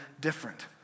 different